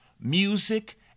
music